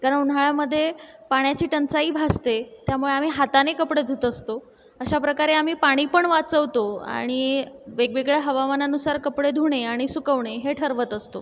कारण उन्हाळ्यामधे पाण्याची टंचाई भासते त्यामुळे आम्ही हाताने कपडे धूत असतो अशा प्रकारे आम्ही पाणी पण वाचवतो आणि वेगवेगळ्या हवामानानुसार कपडे धुणे आणि सुकवणे हे ठरवत असतो